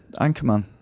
Anchorman